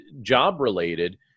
job-related